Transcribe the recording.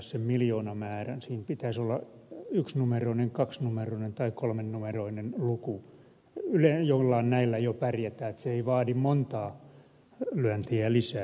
sen pitäisi olla yksinumeroinen kaksinumeroinen tai kolmenumeroinen luku jollain näillä jo pärjätään se ei vaadi montaa lyöntiä lisää